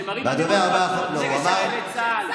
נאמרות פה אמירות קשות נגד חיילי צה"ל.